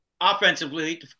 offensively